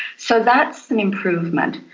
so that's an improvement,